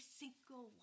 single